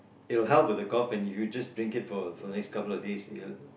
it'll be help with the cough and you just drink it for for the next couple of days you'll